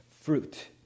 fruit